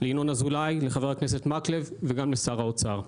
ינון אזולאי, חבר הכנסת מקלב וגם לשר האוצר,